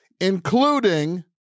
including